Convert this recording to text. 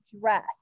dress